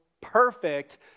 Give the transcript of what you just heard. perfect